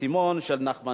פטור מהוראות מסוימות לגרגרי,